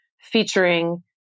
featuring